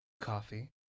coffee